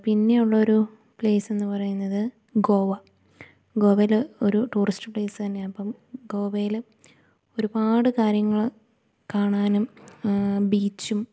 പിന്നെ ഉള്ളൊരു പ്ലേസ്ന്ന് പറയുന്നത് ഗോവ ഗോവേൽ ഒരു ടൂറിസ്റ്റ് പ്ലേസന്നെയാണ് അപ്പം ഗോവേൽ ഒരുപാട് കാര്യങ്ങൾ കാണാനും ബീച്ചും